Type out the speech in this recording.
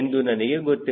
ಎಂದು ನನಗೆ ಗೊತ್ತಿರಬೇಕು